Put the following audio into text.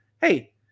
Hey